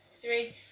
three